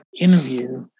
interview